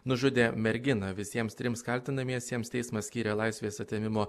nužudė merginą visiems trims kaltinamiesiems teismas skyrė laisvės atėmimo